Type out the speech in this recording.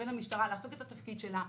ולמשטרה לעשות את התפקיד שלה,